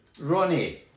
Ronnie